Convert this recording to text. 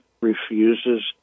refuses